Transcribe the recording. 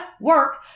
work